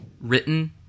written